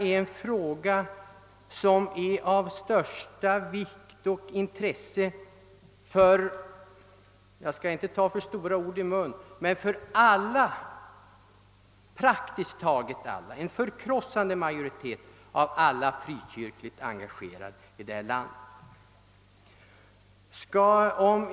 Den är tvärtom av största vikt och betydelse för — jag skall inte ta för stora ord i min mun — praktiskt taget alla. Den gäller en förkrossande majoritet av alla frikyrkligt engagerade i detta land.